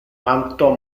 quanto